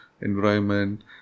environment